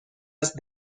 است